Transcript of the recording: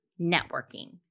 networking